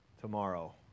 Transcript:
tomorrow